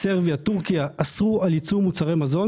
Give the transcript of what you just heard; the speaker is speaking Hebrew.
סרביה ותורכיה אסרו על ייצוא מוצרי מזון